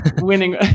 winning